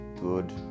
good